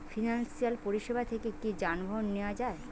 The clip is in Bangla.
ফিনান্সসিয়াল পরিসেবা থেকে কি যানবাহন নেওয়া যায়?